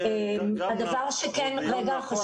זה דיון נכון, אבל..